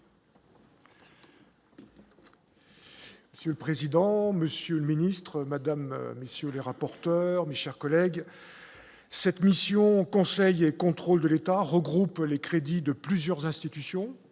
Si le président, Monsieur le Ministre Madame messieurs les rapporteurs mis chers collègues, cette mission, contrôle de l'État, regroupe les crédits de plusieurs institutions,